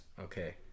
Okay